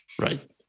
Right